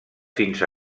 fins